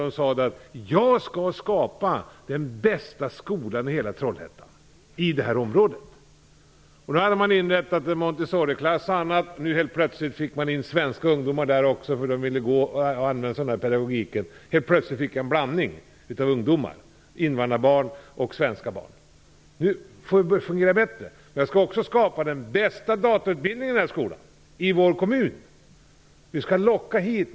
Hon sade: Jag skall skapa den bästa skolan i hela Trollhättan i det här området. Man hade bl.a. inrättat en Montessoriklass. Nu fick man plötsligt in svenska ungdomar där också eftersom de ville ta del av den pedagogiken. Helt plötsligt fick man en blandning av invandrarbarn och svenska barn. Det fungerar bättre. Hon sade också: Jag skall också skapa den bästa datautbildningen i vår kommun i den här skolan.